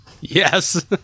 Yes